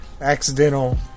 Accidental